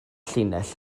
llinell